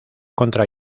contra